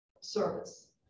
service